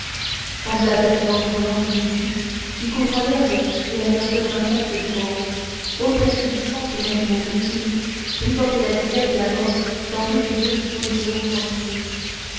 semblable à ces vents brûlants du midi qui couvrant l'herbe et la verdure d'insectes dévorants ôtent la subsistance aux animaux utiles et portent la disette et la mort dans tous les lieux où ils se font sentir